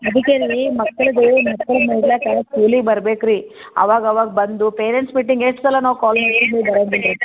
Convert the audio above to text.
ಅದಕ್ಕೆ ರೀ ಮಕ್ಳದ್ದು ಮಕ್ಳು ನೋಡಾಕಾ ಸ್ಕೂಲಿಗೆ ಬರ್ಬೇಕು ರೀ ಅವಾಗವಾಗ ಬಂದು ಪೇರೆಂಟ್ಸ್ ಮೀಟಿಂಗ್ ಎಷ್ಟು ಸಲ ನಾವು ಕಾಲ್ ನೀವು ಬರೋಂಗಿಲ್ರಿ